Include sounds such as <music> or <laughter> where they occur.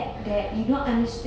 <laughs>